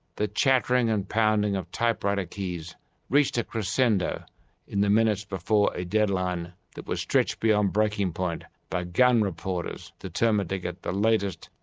the chattering and pounding of typewriter keys reached a crescendo in the minutes before a deadline that was stretched beyond breaking point by gun reporters determined to get the latest,